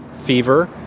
fever